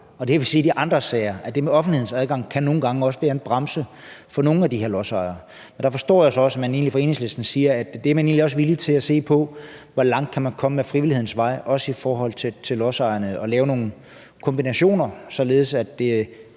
i andre sager, at det med offentlighedens adgang nogle gange kan være en bremse for nogle af de her lodsejere. Der forstår jeg så også, at man fra Enhedslisten siger, at man egentlig også er villig til at se på, hvor langt man kan komme ad frivillighedens vej, også i forhold til lodsejerne, og lave nogle kombinationer, således at det